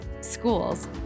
schools